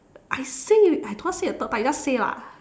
I say already I don't want to say the third time you just say lah